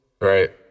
Right